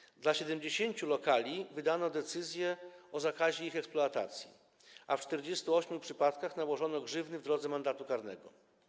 Odnośnie do 70 lokali wydano decyzję o zakazie ich eksploatacji, a w 48 przypadkach nałożono grzywny w drodze mandatu karnego.